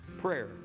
Prayer